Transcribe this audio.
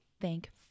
Thank